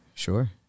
sure